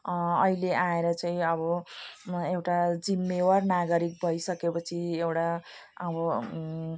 अहिले आएर चाहिँ अब एउटा जिम्मेवार नागरिक भइसकेपछि एउटा अब